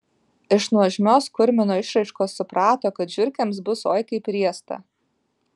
iš nuožmios kurmino išraiškos suprato kad žiurkėms bus oi kaip riesta